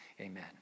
Amen